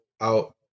out